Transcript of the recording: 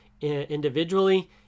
individually